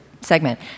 segment